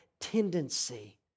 tendency